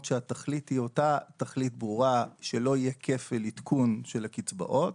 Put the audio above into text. שהתכלית היא אותה תכלית ברורה שלא יהיה כפל עדכון של הקצבאות,